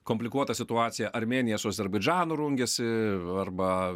komplikuota situacija armėnija su azerbaidžanu rungiasi arba